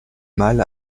mal